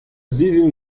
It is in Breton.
sizhun